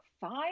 five